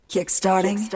Kickstarting